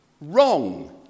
Wrong